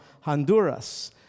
Honduras